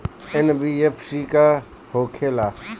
NBFC का होंखे ला?